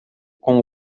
com